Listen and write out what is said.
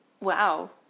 Wow